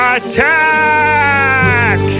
Attack